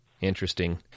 Interesting